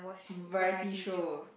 variety shows